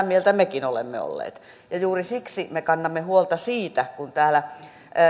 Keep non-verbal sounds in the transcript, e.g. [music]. [unintelligible] mieltä mekin olemme olleet juuri siksi me kannamme huolta siitä kun täällä